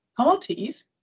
parties